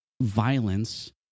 violence